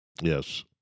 Yes